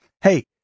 Hey